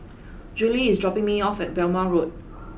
Judie is dropping me off at Balmoral Road